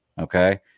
okay